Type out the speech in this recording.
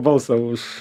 balsą už